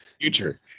future